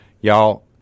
Y'all